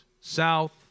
south